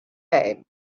time